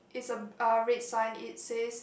it's a uh red sign it says